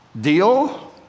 Deal